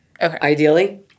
ideally